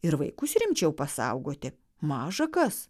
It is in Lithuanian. ir vaikus rimčiau pasaugoti maža kas